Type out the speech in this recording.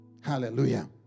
Hallelujah